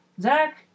Zach